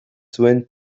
zuen